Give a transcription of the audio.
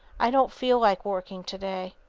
i don't feel like working today.